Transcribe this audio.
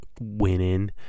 winning